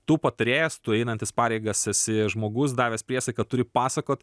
tu patarėjas tu einantis pareigas esi žmogus davęs priesaiką turi pasakot